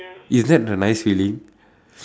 is that a nice feeling